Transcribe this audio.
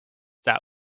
that